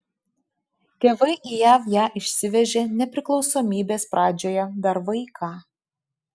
tėvai į jav ją išsivežė nepriklausomybės pradžioje dar vaiką